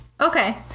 Okay